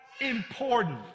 important